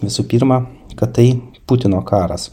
visų pirma kad tai putino karas